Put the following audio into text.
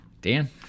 Dan